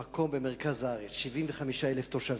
במקום במרכז הארץ, 75,000 תושבים,